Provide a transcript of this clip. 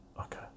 okay